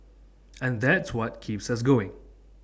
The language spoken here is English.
and that's what keeps us going